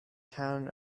town